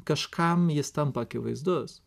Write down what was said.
kažkam jis tampa akivaizdus